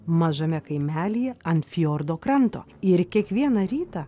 mažame kaimelyje ant fiordo kranto ir kiekvieną rytą